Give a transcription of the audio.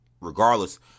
regardless